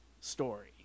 story